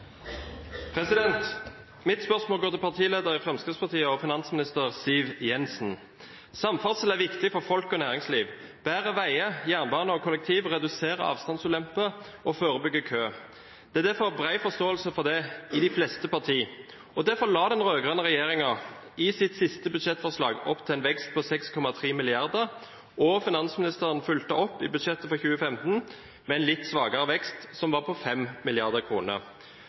viktig for folk og næringsliv. Bedre veier, jernbane og kollektivtrafikk reduserer avstandsulemper og forebygger kø. Det er derfor bred forståelse for det i de fleste partier. Derfor la den rød-grønne regjeringen i sitt siste budsjettforslag opp til en vekst på 6,3 mrd. kr, og finansministeren fulgte opp i budsjettet for 2015 med en litt svakere vekst, som var på